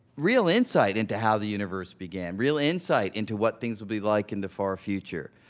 real insight into how the universe began, real insight into what things would be like in the far future.